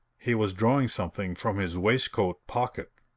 he was drawing something from his waistcoat pocket.